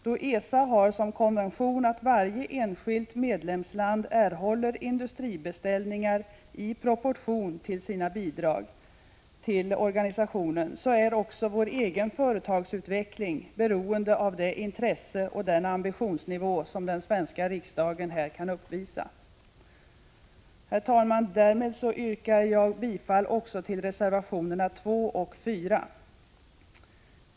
Då ESA har som konvention att varje enskilt medlemsland erhåller industribeställningar i proportion till sina bidrag till organisationen, är också vår egen företagsutveckling beroende av det intresse och den ambitionsnivå som den svenska riksdagen här kan uppvisa. Herr talman! Därmed yrkar jag bifall också till reservationerna 2 och 4.